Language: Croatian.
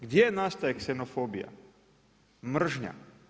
Gdje nastaje ksenofobija, mržnja?